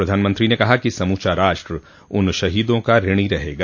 प्रधानमंत्री ने कहा कि समूचा राष्ट्र उन शहोदों का ऋणी रहेगा